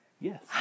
Yes